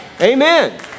Amen